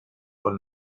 von